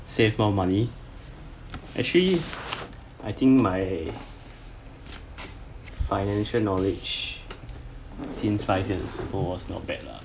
save more money actually I think my financial knowledge since five years ago was not bad lah so